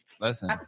Listen